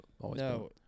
No